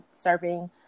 serving